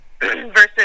versus